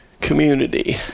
Community